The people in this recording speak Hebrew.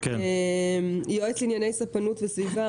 יועץ לענייני ספנות וסביבה,